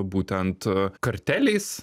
būtent karteliais